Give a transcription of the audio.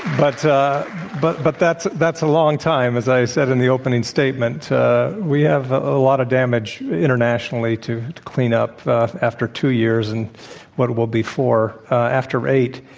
but but but that's that's a long time as i said in the opening statements. we have a lot of damage internationally to clean up after two years and what will be four. after eight,